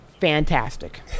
fantastic